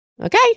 Okay